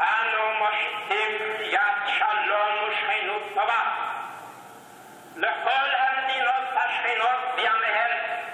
"אנו מושיטים יד שלום ושכנות טובה לכל המדינות השכנות ועמיהן,